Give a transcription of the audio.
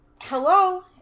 hello